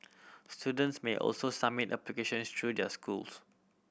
students may also submit application through their schools